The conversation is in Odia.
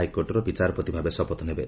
ହାଇକୋର୍ଟ ବିଚାରପତି ଜଷ୍ ଭାବେ ଶପଥ ନେବେ